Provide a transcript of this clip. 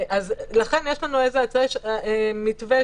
לכן יש לנו מתווה,